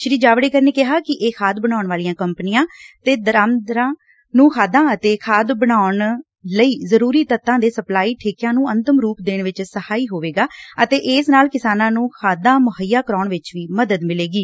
ਸ੍ਰੀ ਜਾਵੜੇਕਰ ਨੇ ਕਿਹਾ ਕਿ ਇਹ ਖਾਦ ਬਣਾਉਣ ਵਾਲੀਆਂ ਕੰਪਨੀਆਂ ਤੇ ਦਰਾਮਦਕਾਰਾਂ ਨੰ ਖਾਦਾਂ ਅਤੇ ਖਾਦ ਬਣਾਉਣ ਲਈ ਜ਼ਰੁਰੀ ਤੱਤਾਂ ਦੇ ਸਪਲਾਈ ਠੇਕਿਆਂ ਨੂੰ ਅੰਤਮ ਰੁਪ ਦੇਣ ਚ ਸਹਾਈ ਹੋਵੇਗਾ ਅਤੇ ਇਸ ਨਾਲ ਕਿਸਾਨਾਂ ਨੂੰ ਖਾਦਾਂ ਮੁੱਹਈਆਂ ਕਰਾਉਣ ਵਿਚ ਵੀ ਮਦਦ ਮਿਲੇਗੀ